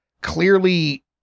clearly